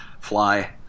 fly